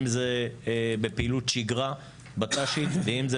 אם זה בפעילות שגרה בט"שית ואם זה